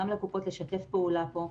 גם לקופות לשתף פעולה פה.